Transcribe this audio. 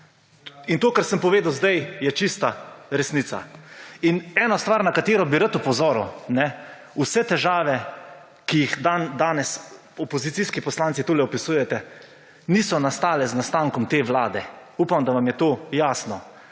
in to kar sem povedal zdaj, je čista resnica. In ena stvar, na katero bi rad opozoril, kajne. Vse težave, ki jih dandanes opozicijski poslanci tule opisujete, niso nastale z nastankom te Vlade. Upam, da vam je to jasno.